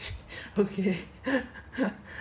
okay